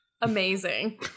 Amazing